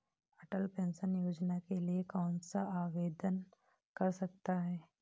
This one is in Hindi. अटल पेंशन योजना के लिए कौन आवेदन कर सकता है?